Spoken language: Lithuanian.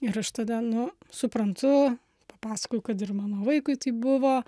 ir aš tada nu suprantu papasakoju kad ir mano vaikui tai buvo